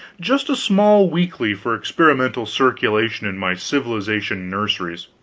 just a small weekly for experimental circulation in my civilization-nurseries.